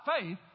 faith